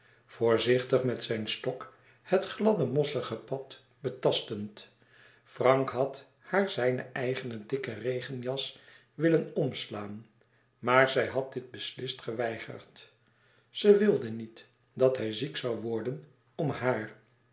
voorzichtig met zijn stok het gladde mossige pad betastend frank had haar zijne eigene dikke regenjas willen omslaan maar zij had dit beslist geweigerd ze wilde niet dat hij ziek zoû worden om haar